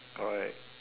correct